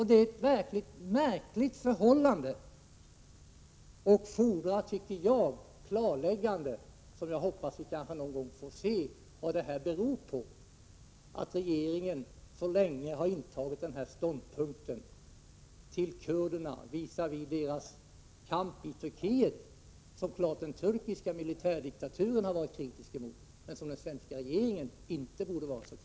Det är ett mycket märkligt förhållande och fordrar, tycker jag, ett klarläggande. Jag hoppas att vi en gång skall få det så att vi får veta vad det beror på att regeringen så länge har intagit denna ståndpunkt till kurderna och visavi deras kamp i Turkiet. Det är klart att den turkiska militärdiktaturen varit kritisk mot kurdernas kamp, men den svenska regeringen borde inte vara det.